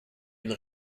une